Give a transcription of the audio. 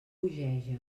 bogeja